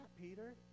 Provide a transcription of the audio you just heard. Peter